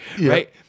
right